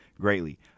greatly